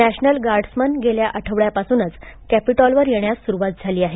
national guardsmen गेल्या आठवड्यापासूनच कॅपिटॉलवर येण्यास सुरुवात झाली आहे